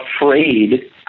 afraid